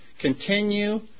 continue